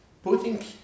putting